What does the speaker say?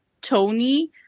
Tony